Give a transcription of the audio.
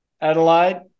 Adelaide